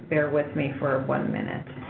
bear with me for one minute.